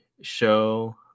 show